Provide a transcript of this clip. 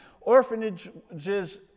orphanages